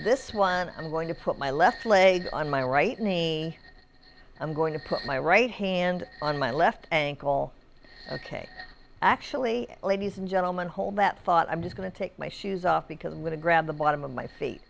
this one i'm going to put my left leg on my right knee i'm going to put my right hand on my left ankle ok actually ladies and gentleman hold that thought i'm going to take my shoes off because i'm going to grab the bottom of my feet